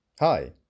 Hi